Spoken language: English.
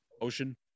ocean